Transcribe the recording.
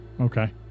Okay